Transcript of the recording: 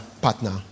partner